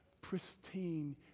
pristine